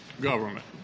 government